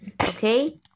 Okay